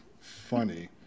Funny